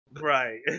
right